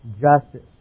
justice